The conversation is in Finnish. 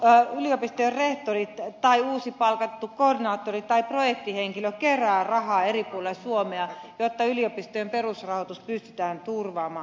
nyt yliopistojen rehtorit tai uusi palkattu koordinaattori tai projektihenkilö keräävät rahaa eri puolella suomea jotta yliopistojen perusrahoitus pystytään turvaamaan